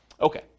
Okay